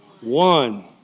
One